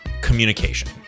communication